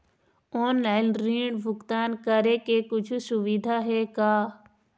Online ऋण भुगतान करे के कुछू सुविधा हे का?